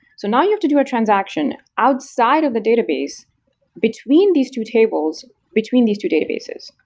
so now you have to do a transaction outside of the database between these two tables between these two databases.